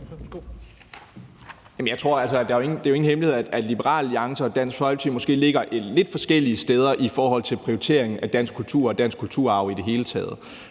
Bjørn (DF): Det er jo ingen hemmelighed, at Liberal Alliance og Dansk Folkeparti måske ligger lidt forskellige steder i forhold til prioriteringen af dansk kultur og dansk kulturarv i det hele taget.